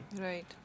Right